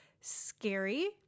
scary